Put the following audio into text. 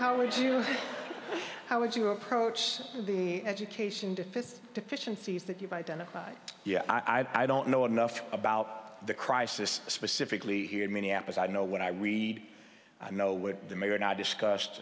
how would you how would you approach the education to fix deficiencies that you've identified yes i don't know enough about the crisis specifically here in minneapolis i know what i read i know what the mayor and i discussed